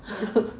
ya